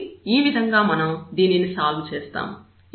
కాబట్టి ఈ విధంగా మనం దీనిని సాల్వ్ చేస్తాము